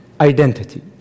identity